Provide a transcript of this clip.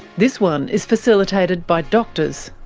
this one is facilitated by doctors.